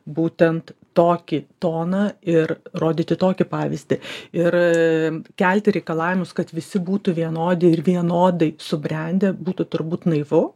būtent tokį toną ir rodyti tokį pavyzdį ir kelti reikalavimus kad visi būtų vienodi ir vienodai subrendę būtų turbūt naivu